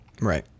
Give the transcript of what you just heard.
right